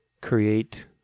create